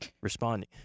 responding